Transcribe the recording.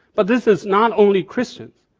but this is not only christian.